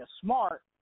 smart